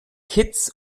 kitts